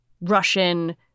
Russian